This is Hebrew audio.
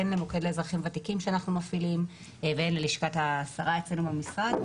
הן למוקד לאזרחים ותיקים שאנחנו מפעילים והן ללשכת השרה אצלנו במשרד,